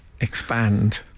expand